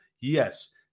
Yes